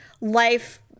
life